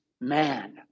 man